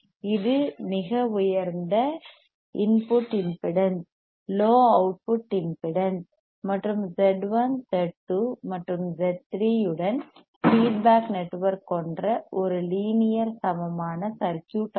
இது மிக உயர்ந்த input impedance low output impedance மற்றும் Z1 Z2 மற்றும் Z3 உடன் ஃபீட்பேக் நெட்வொர்க் கொண்ட ஒரு லீனியர் சமமான சர்க்யூட் ஆகும்